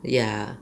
ya